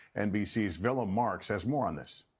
nbc's willem marx has more on this